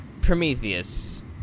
Prometheus